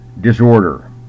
disorder